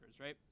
right